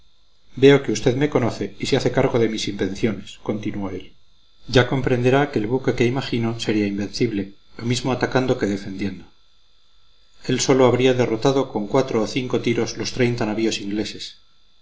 veo que usted me conoce y se hace cargo de mis invenciones continuó él ya comprenderá que el buque que imagino sería invencible lo mismo atacando que defendiendo él solo habría derrotado con cuatro o cinco tiros los treinta navíos ingleses